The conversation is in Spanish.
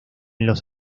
los